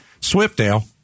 Swiftdale